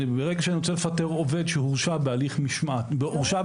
ברגע שאני רוצה לפטר עובד שהורשע בהליך משמעת --- לא הורשע,